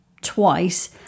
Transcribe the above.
twice